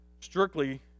strictly